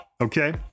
Okay